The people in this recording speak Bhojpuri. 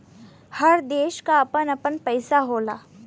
हर देश क आपन आपन पइसा होला